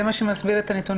זה מה שמסביר את הנתונים.